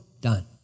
done